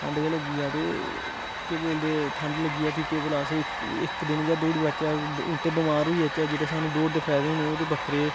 ठंड गै लग्गी जाऽ ते केह् बोलदे ठंड लग्गी जाऽ फ्ही केह् पता अस इक इक दिन गै दौड़ी पाचै उल्टे बमार होई जाचै जेह्ड़े सानूं दौड़ दे फैदे होने ओह् ते बक्खरे